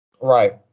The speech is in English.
Right